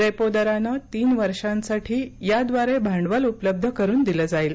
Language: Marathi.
रेपो दरानं तीन वर्षांसाठी याद्वारे भांडवल उपलब्ध करुन दिलं जाईल